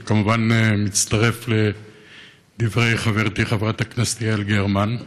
אני כמובן מצטרף לדברי חברתי חברת הכנסת יעל גרמן.